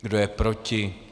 Kdo je proti?